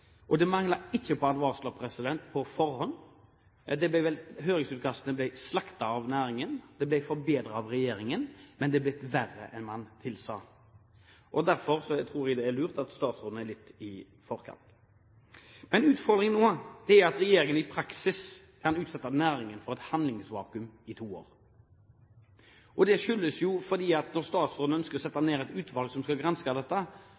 Det manglet ikke på advarsler på forhånd. Høringsuttalelsene ble slaktet av næringen, de ble forbedret av regjeringen, men det har blitt verre enn det skulle tilsi. Derfor tror jeg det er lurt at statsråden er litt i forkant. Utfordringen nå er at regjeringen i praksis kan utsette næringen for et handlingsvakuum i to år. Dette skyldes at statsråden ønsker å sette ned et utvalg som skal granske dette,